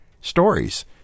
stories